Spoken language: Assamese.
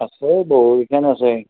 আছে বহুকিখান আছে